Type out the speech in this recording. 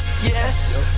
Yes